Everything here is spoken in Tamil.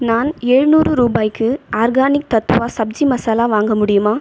நான் எழுநூறு ரூபாய்க்கு ஆர்கானிக் தத்வா சப்ஜி மசாலா வாங்க முடியுமா